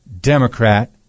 Democrat